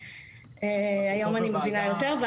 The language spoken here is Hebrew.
היום אני מבינה יותר.